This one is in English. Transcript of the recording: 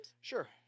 Sure